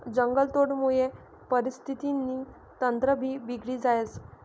जंगलतोडमुये परिस्थितीनं तंत्रभी बिगडी जास